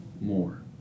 more